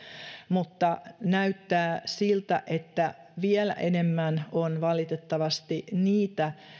mutta näyttää siltä että vielä enemmän on valitettavasti niitä